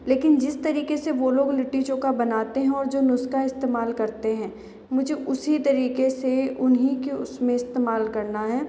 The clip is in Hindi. लेकिन जिस तरीके से वो लोग लिट्टी चोखा बनाते हैं और जो नुस्का इस्तेमाल करते हैं मुझे उसी तरीके से उन्हीं के उसमें इस्तेमाल करना है